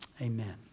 amen